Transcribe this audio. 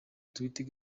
twitter